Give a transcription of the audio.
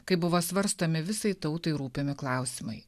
kai buvo svarstomi visai tautai rūpimi klausimai